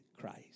Christ